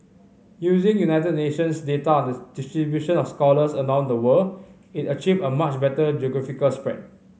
using United Nations data on the distribution of scholars around the world it achieved a much better geographical spread